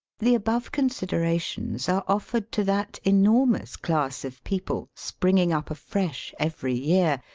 the above considerations are offered to that enormous class of people, springing up afresh every year,